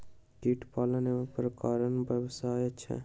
कीट पालन एक प्रकारक व्यवसाय छै